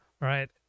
Right